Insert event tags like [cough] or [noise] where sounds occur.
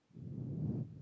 [breath]